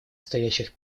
стоящих